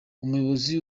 umuyobozi